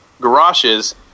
garages